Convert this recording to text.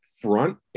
front